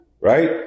Right